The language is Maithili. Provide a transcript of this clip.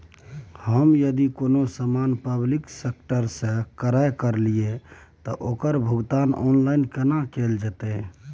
हम यदि कोनो सामान पब्लिक सेक्टर सं क्रय करलिए त ओकर भुगतान ऑनलाइन केना कैल जेतै?